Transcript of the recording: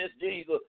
Jesus